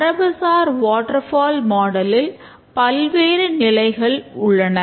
மரபுசார் waterfall மாடலில் பல்வேறு நிலைகள் உள்ளன